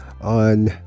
on